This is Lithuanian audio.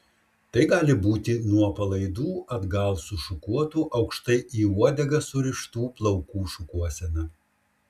tai gali būti nuo palaidų atgal sušukuotų aukštai į uodegą surištų plaukų šukuosena